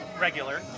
regular